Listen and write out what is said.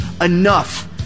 enough